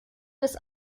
des